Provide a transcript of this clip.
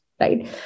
right